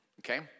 okay